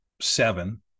seven